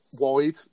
wide